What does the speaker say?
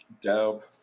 Dope